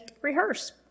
rehearse